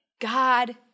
God